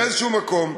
באיזשהו מקום,